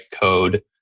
code